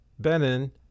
Benin